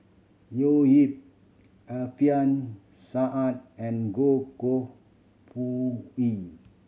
Leo Yip Alfian Sa'at and Goh Koh Pui E